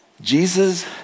Jesus